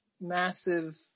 Massive